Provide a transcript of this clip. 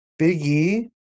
Biggie